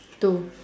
two